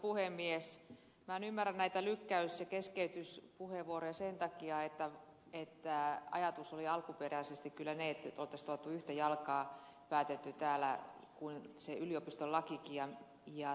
minä en ymmärrä näitä lykkäys ja keskeytyspuheenvuoroja sen takia että ajatus oli alkuperäisesti kyllä se että tämä olisi tuotu yhtä jalkaa ja päätetty täällä sen yliopistolain kanssa